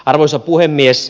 arvoisa puhemies